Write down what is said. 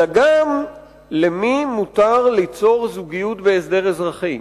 אלא גם למי מותר ליצור זוגיות בהסדר אזרחי.